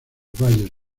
valles